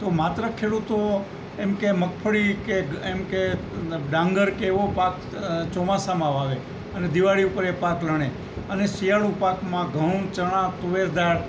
તો માત્ર ખેડૂતો એમકે મગફળી કે એમકે ડાંગર કે એવો પાક ચોમાસામાં વાવે અને દિવાળી ઉપર એ પાક લણે અને શિયાળું પાકમાં ઘઉં ચણા તુવેર દાળ